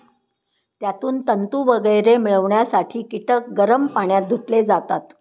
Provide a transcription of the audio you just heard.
त्यातून तंतू वगैरे मिळवण्यासाठी कीटक गरम पाण्यात धुतले जातात